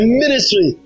ministry